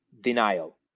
denial